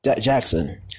Jackson